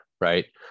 right